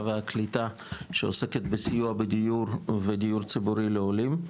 והקליטה שעוסקת בסיוע בדיור ודיור ציבורי לעולים.